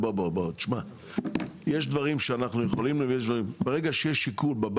אני חושב גם שאנחנו צריכים רגע לבחון את עיקול התשלומים שמגיעים מצה"ל.